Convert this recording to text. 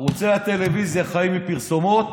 ערוצי הטלוויזיה חיים מפרסומות,